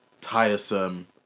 tiresome